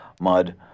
mud